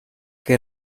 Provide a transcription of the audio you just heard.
que